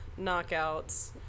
knockouts